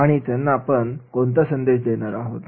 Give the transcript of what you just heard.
आणि त्यांना आपण कोणता संदेश देणार आहोत